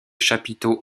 chapiteaux